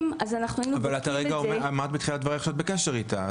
את הרגע אמרת בתחילת דבריך שאת בקשר איתה.